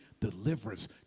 deliverance